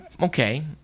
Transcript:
Okay